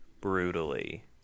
brutally